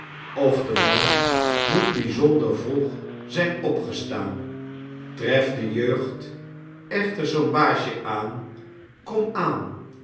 of de man moet byzonder vroeg zijn opgestaan treft de jeugd echter zoo'n baasjen aan kom aan